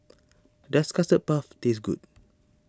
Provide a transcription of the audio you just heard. does Custard Puff taste good